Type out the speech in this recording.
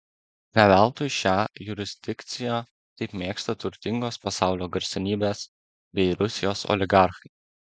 ne veltui šią jurisdikciją taip mėgsta turtingos pasaulio garsenybės bei rusijos oligarchai